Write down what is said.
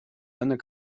seiner